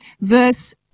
Verse